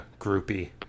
groupie